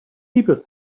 people